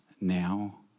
now